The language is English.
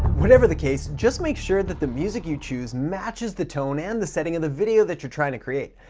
whatever the case, just make sure that the music you choose matches the tone and the setting of the video that you're trying to create.